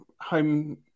home